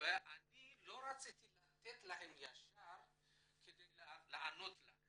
אני לא רציתי לתת להם ישר, כדי לענות לך,